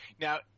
now